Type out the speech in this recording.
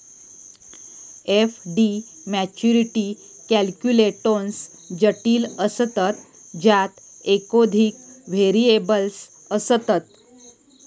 FD maturity calculations जटिल असतत ज्यात एकोधिक व्हेरिएबल्स असतत